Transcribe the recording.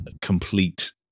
complete